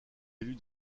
élu